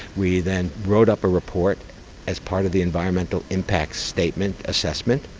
we then wrote up a report as part of the environmental impact statement assessment,